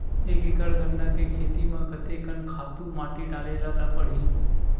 एक एकड़ गन्ना के खेती म कते कन खातु माटी डाले ल पड़ही?